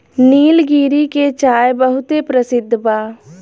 निलगिरी के चाय बहुते परसिद्ध बा